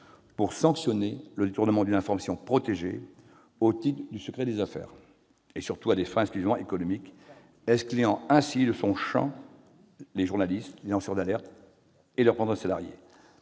pour sanctionner le détournement d'une information protégée au titre du secret des affaires à des fins exclusivement économiques, excluant ainsi de son champ les journalistes, les lanceurs d'alerte et les représentants des salariés.